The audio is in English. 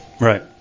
Right